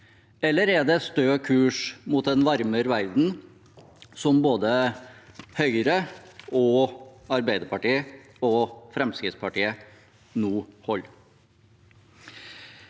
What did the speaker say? eller er det å holde stø kurs mot en varmere verden, som både Høyre, Arbeiderpartiet og Fremskrittspartiet nå gjør?